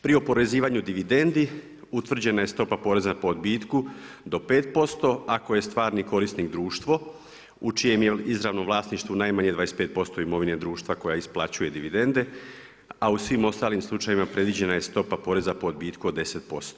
Pri oporezivanju dividendi utvrđena je stopa poreza po odbitku do 5%, ako je stvarni korisnik društvo u čijem je izravnom vlasništvu najmanje 25% imovine društva koja isplaćuje dividende a u svim ostalim slučajevima predviđena je stopa poreza po odbitku od 10%